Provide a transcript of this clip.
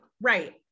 right